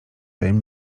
tajem